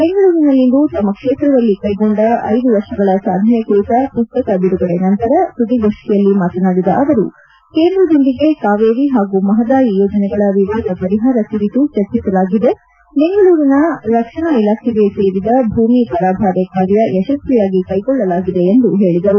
ಬೆಂಗಳೂರಿನಲ್ಲಿಂದು ತಮ್ನ ಕ್ಷೇತ್ರದಲ್ಲಿ ಕೈಗೊಂಡ ಐದು ವರ್ಷಗಳ ಸಾಧನೆ ಕುರಿತ ಮಸ್ತಕ ಬಿಡುಗಡೆ ನಂತರ ಸುದ್ದಿಗೋಷ್ಠಿಯಲ್ಲಿ ಮಾತನಾಡಿದ ಅವರು ಕೇಂದ್ರದೊಂದಿಗೆ ಕಾವೇರಿ ಹಾಗೂ ಮಹದಾಯಿ ಯೋಜನೆಗಳ ವಿವಾದ ಪರಿಹಾರ ಕುರಿತು ಚರ್ಚಿಸಲಾಗಿದೆ ಬೆಂಗಳೂರಿನಲ್ಲಿನ ರಕ್ಷಣಾ ಇಲಾಖೆಗೆ ಸೇರಿದ ಭೂಮಿ ಪರಭಾರೆ ಕಾರ್ಯ ಯಶಸ್ವಿಯಾಗಿ ಕೈಗೊಳ್ಳಲಾಗಿದೆ ಎಂದು ಹೇಳಿದರು